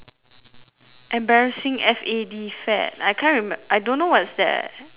embarrassing F A D fad I can't remember I don't know what's that word